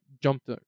jumped